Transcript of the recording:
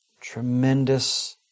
Tremendous